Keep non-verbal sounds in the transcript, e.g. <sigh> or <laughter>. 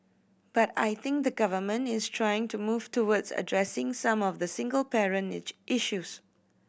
but I think the Government is trying to move towards addressing some of the single parent <unintelligible> issues